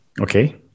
Okay